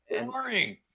Boring